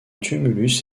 tumulus